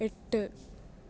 എട്ട്